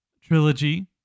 trilogy